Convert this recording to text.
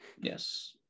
Yes